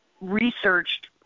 researched